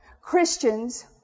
Christians